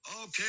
Okay